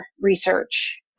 research